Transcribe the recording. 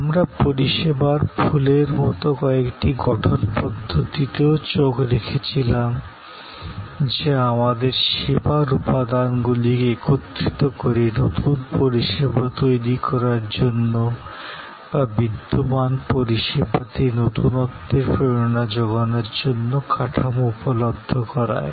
আমরা পরিষেবার ফুলের মতো কয়েকটি গঠন পদ্ধতিতেও চোখ রেখেছিলাম যা আমাদের সেবার উপাদানগুলিকে একত্রিত করে নতুন পরিষেবা তৈরি করার জন্য বা বিদ্যমান পরিষেবাতে নতুনত্বের প্রেরণা যোগানোর জন্য কাঠামো উপলব্ধ করায়